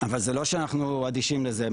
אבל זה לא שאנחנו אדישים לזה.